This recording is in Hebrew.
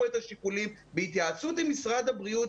את השיקולים בהתייעצות עם משרד הבריאות,